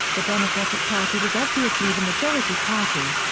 the democratic party was obviously the majority party.